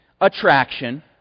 Attraction